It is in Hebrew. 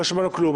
לא שמענו כלום,